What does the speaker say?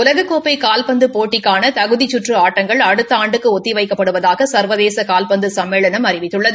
உலகக்கோப்பை கால்பந்து போட்டிக்கான தகுதி கற்று ஆட்டங்கள் அடுத்த ஆண்டுக்கு ஒத்தி வைக்கப்படுவதாக சா்வதேச கால்பந்து சம்மேளனம் அறிவித்துள்ளது